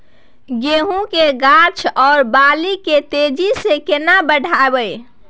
गेहूं के गाछ ओ बाली के तेजी से केना बढ़ाइब?